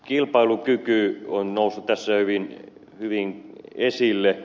kilpailukyky on noussut tässä hyvin esille